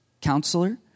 counselor